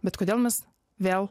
bet kodėl mes vėl